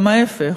גם ההפך,